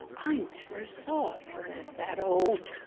i never saw a furnace that old.